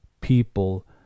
people